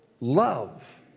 love